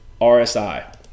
rsi